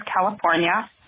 California